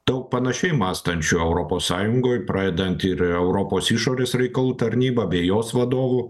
daug panašiai mąstančių europos sąjungoj pradedant ir europos išorės reikalų tarnyba bei jos vadovu